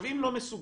אם לא מסוגלים,